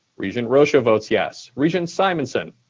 regent rosha votes yes. regent simonson?